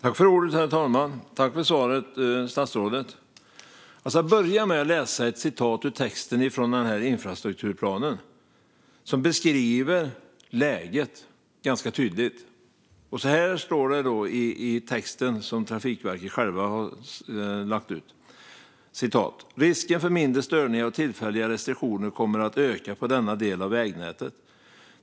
Herr talman! Tack, statsrådet, för svaret! Jag ska börja med att läsa ett citat från den text som finns i infrastrukturplanen, som beskriver läget ganska tydligt. Så här står det i den text som Trafikverket själva har lagt ut: "Risken för mindre störningar och tillfälliga restriktioner kommer att öka på denna del av vägnätet.